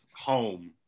home